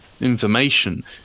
information